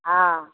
आ